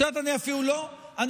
את יודעת, אני אפילו לא מתווכח,